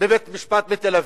ומפלגות גדולות,